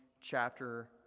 chapter